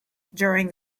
during